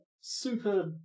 super